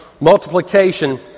multiplication